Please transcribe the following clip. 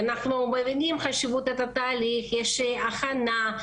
אנחנו מבינים את חשיבות התהליך - יש הכנה,